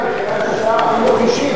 כי שר החינוך השיב,